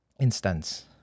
instance